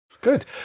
good